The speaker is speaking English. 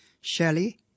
Shelley